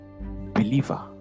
believer